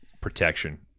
protection